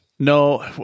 No